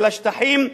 השטחים,